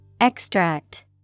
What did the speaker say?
Extract